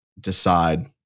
decide